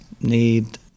need